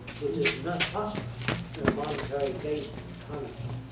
which is not possible in a monetary based economy.